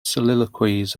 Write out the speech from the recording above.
soliloquies